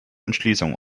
entschließung